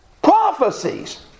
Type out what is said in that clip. prophecies